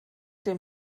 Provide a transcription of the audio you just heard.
dem